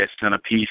centerpiece